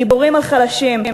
גיבורים על חלשים.